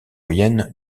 moyenne